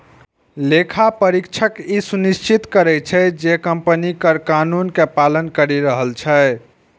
लेखा परीक्षक ई सुनिश्चित करै छै, जे कंपनी कर कानून के पालन करि रहल छै